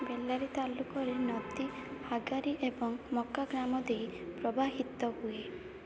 ବେଲାରୀ ତାଲୁକରେ ନଦୀ ହାଗାରୀ ଏବଂ ମୋକା ଗ୍ରାମ ଦେଇ ପ୍ରବାହିତ ହୁଏ